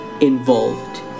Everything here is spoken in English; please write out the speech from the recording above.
involved